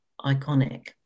iconic